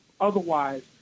otherwise